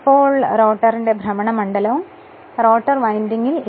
ഇപ്പോൾ റോട്ടറിന്റെ ഭ്രമണ മണ്ഡലവും റോട്ടർ വിൻഡിങ്ങിൽ ഇ